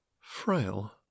Frail